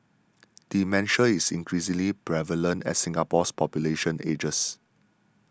dementia is increasingly prevalent as Singapore's population ages